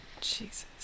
Jesus